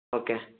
okay